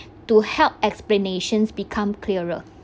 to help explanations become clearer